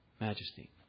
majesty